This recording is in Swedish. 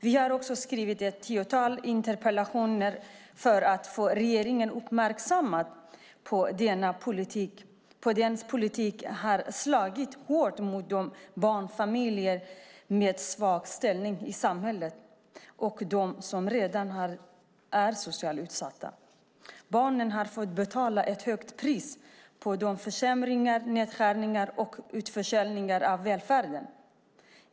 Vi har bland annat skrivit ett tiotal interpellationer för att få regeringen uppmärksammad på hur hårt denna politik har slagit mot barnfamiljer med svag ställning i samhället och de som redan är socialt utsatta. Barnen har fått betala ett högt pris för försämringarna, nedskärningarna och utförsäljningarna av välfärden.